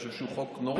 אני חושב שהוא חוק נורא.